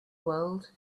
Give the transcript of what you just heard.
world